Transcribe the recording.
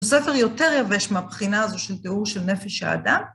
ספר יותר יבש מהבחינה הזו של תיאור של נפש האדם.